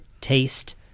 taste